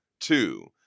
two